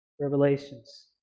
Revelations